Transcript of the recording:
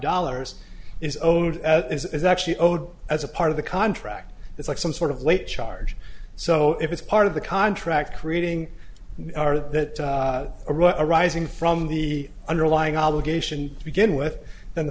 dollars is owed as is actually owed as a part of the contract it's like some sort of late charge so it is part of the contract creating are that arising from the underlying obligation to begin with th